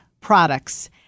products